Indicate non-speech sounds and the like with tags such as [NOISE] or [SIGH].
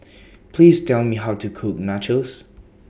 [NOISE] Please Tell Me How to Cook Nachos